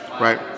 Right